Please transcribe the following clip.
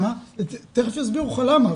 ותיכף יסבירו לך למה,